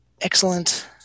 excellent